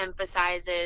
emphasizes